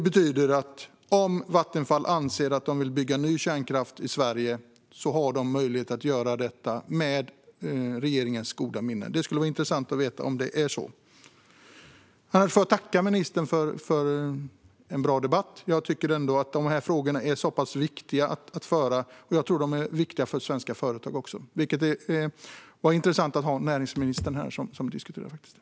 Betyder detta att Vattenfall, om de vill bygga ny kärnkraft i Sverige, har möjlighet att göra det med regeringens goda minne? Det skulle vara intressant att veta om det är så. Jag tackar ministern för en bra debatt. Jag tycker att dessa frågor är viktiga, också för svenska företag. Det var intressant att ha näringsministern här för att diskutera dem.